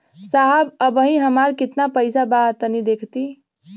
साहब अबहीं हमार कितना पइसा बा तनि देखति?